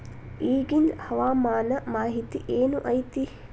ಇಗಿಂದ್ ಹವಾಮಾನ ಮಾಹಿತಿ ಏನು ಐತಿ?